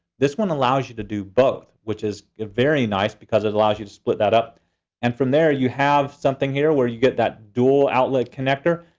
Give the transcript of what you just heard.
this one allows you to do both. which is very nice cuz it allows you to split that up and from there, you have something here where you get that dual outlet connector,